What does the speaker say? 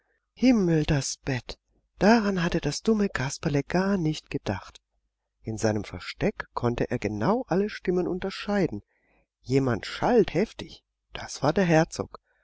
himmel das bett daran hatte das dumme kasperle gar nicht gedacht in seinem versteck konnte er genau alle stimmen unterscheiden jemand schalt heftig das war der herzog